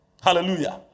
Hallelujah